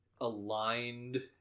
aligned